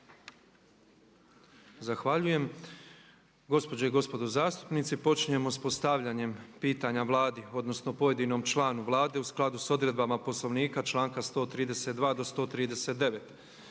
(MOST)** Gospođe i gospodo zastupnici počinjemo s postavljanjem pitanja Vladi odnosno pojedinom članu Vlade u skladu s odredbama Poslovnika članka 132. do 139.